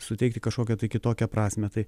suteikti kažkokią tai kitokią prasmę tai